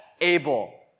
able